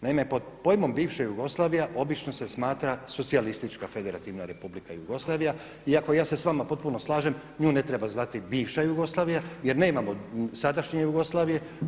Naime, pod pojmom bivša Jugoslavija obično se smatra Socijalistička Federativna Republike Jugoslavija iako ja se sa vama potpuno slažem nju ne treba zvati bivša Jugoslavija, jer nemamo sadašnje Jugoslavije.